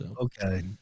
Okay